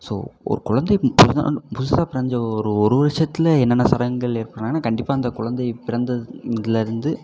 so ஒரு குழந்தை பிறந்தநாள் புதுசாக பிறந்த ஒரு ஒரு வருஷத்தில் என்னென்ன சடங்குகள் கண்டிப்பாக அந்த குழந்தை பிறந்ததுலேருந்து